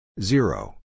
Zero